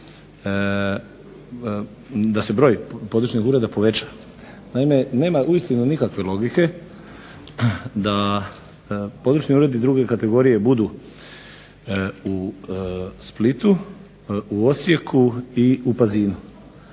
da se broj područnih ureda poveća. Naime, nema uistinu nikakve logike da područni uredi II. kategorije budu u Splitu, u Osijeku, u Rijeci